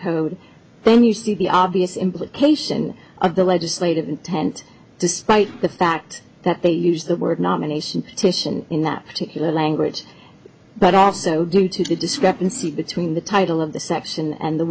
code then you see the obvious implication of the legislative intent despite the fact that they use the word nomination titian in that particular language but also due to the discrepancy between the title of the section and the